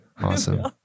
Awesome